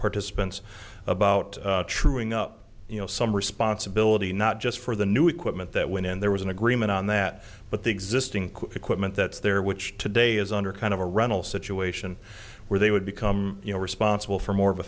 participants about truing up you know some responsibility not just for the new equipment that went in there was an agreement on that but the existing equipment that's there which today is under kind of a rental situation where they would become you know responsible for more of a